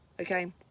Okay